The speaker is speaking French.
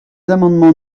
amendements